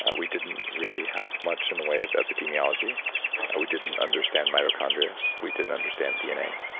ah we didn't really have much in the way of epidemiology we didn't understand mitochondria. we didn't understand dna.